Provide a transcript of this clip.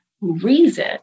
reason